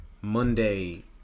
Monday